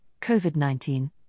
COVID-19